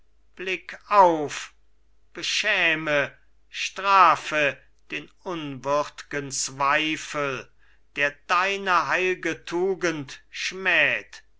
blick auf beschäme strafe den unwürdgen zweifel der deine heilge tugend schmäht